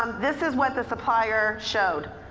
um this is what the supplier showed.